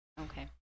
Okay